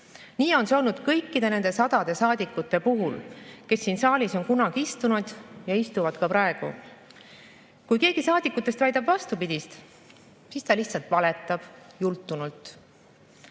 Nii on see olnud kõikide nende sadade saadikute puhul, kes siin saalis on kunagi istunud ja istuvad ka praegu. Kui keegi saadikutest väidab vastupidist, siis ta lihtsalt valetab. Jultunult.